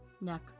neck